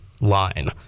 line